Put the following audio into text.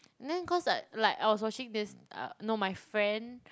then cause like like I was watching this uh no my friend